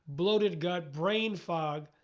bloated gut, brain fog.